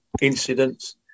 incidents